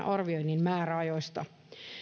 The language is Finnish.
arvioinnin määräajoista